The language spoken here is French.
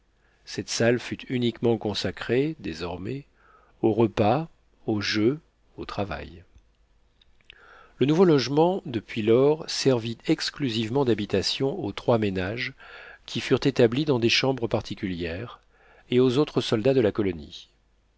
cette salle fut uniquement consacrée désormais aux repas aux jeux au travail le nouveau logement depuis lors servit exclusivement d'habitation aux trois ménages qui furent établis dans des chambres particulières et aux autres soldats de la colonie